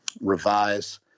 revise